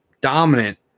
dominant